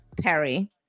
Perry